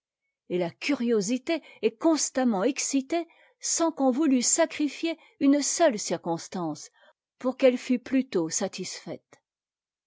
et la curiosité est constamment excitée sans qu'on voutût sacrifier une seule circonstance pour qu'elle fût plus tôt satisfaite